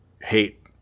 hate